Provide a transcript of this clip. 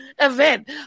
event